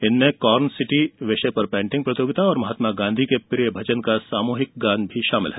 इसमें corn city विषय पर पेटिंग प्रतियोगिता और महात्मा गांधी के प्रिय भजन का सामूहिक गान शामल है